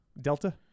Delta